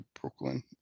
brooklyn